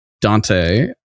Dante